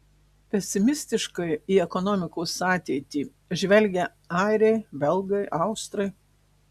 pesimistiškai į ekonomikos ateitį žvelgia airiai belgai austrai